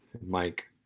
Mike